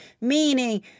meaning